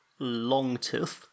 Longtooth